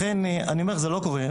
אני אומר, זה לא קורה.